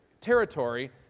territory